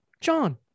john